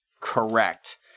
correct